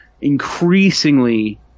Increasingly